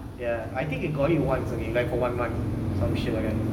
ya I think they got it once only for one month some shit like that